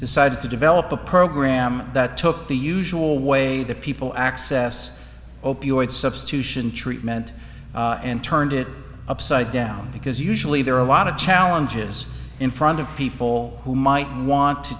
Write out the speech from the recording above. decided to develop a program that took the usual way that people access opioid substitution treatment and turned it upside down because usually there are a lot of challenges in front of people who might want to